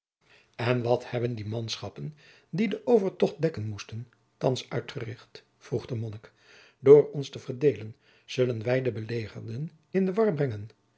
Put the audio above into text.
en wat hebben die manschappen die den overtocht dekken moesten thands uitgericht vroeg de monnik door ons te verdeelen zullen wij de belegerden in de war brengen